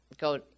go